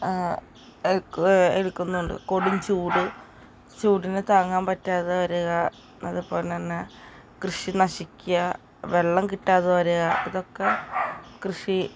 എടുക്കുക എടുക്കുന്നുണ്ട് കൊടും ചൂട് ചൂടിനെ താങ്ങാൻ പറ്റാതെ വരിക അതുപോലെ തന്നെ കൃഷി നശിക്കുക വെള്ളം കിട്ടാതെ വരിക ഇതൊക്കെ കൃഷി